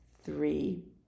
three